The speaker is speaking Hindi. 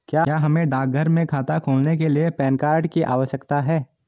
क्या हमें डाकघर में खाता खोलने के लिए पैन कार्ड की आवश्यकता है?